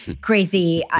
crazy